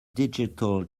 digital